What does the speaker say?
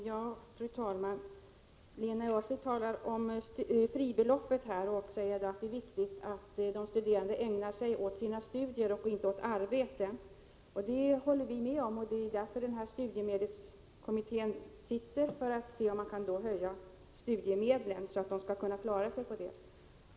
Fru talman! Lena Öhrsvik talar om fribeloppet och säger att det är viktigt att de studerande ägnar sig åt sina studier och inte åt arbete. Det håller vi med om. Studiemedelskommitténs uppgift är att se om man kan höja studiemedlen så att de studerande kan klara sig på dem.